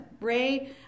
Ray